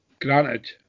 Granted